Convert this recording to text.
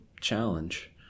challenge